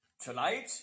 Tonight